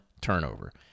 turnover